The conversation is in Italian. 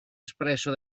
espresso